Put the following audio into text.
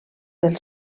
del